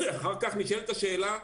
אחר כך נשאלת השאלה: